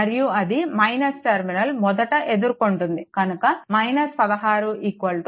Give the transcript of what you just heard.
మరియు అది టర్మినల్ మొదట ఎదుర్కుంటుంది కనుక 16 0